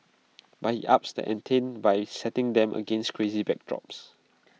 but he ups the ante by setting them against crazy backdrops